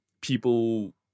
people